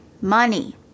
money